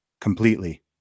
completely